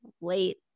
late